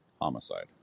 homicide